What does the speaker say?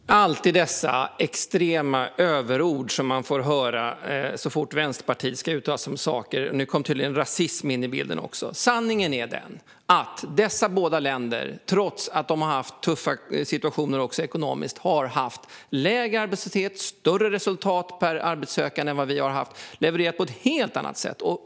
Fru talman! Alltid dessa extrema överord som man får höra så fort Vänsterpartiet ska uttala sig om saker! Nu kom tydligen rasism in i bilden också. Sanningen är den att dessa båda länder har haft lägre arbetslöshet och bättre resultat per arbetssökande än vad vi har haft och att de har levererat på ett helt annat sätt trots att de har haft tuffa situationer ekonomiskt.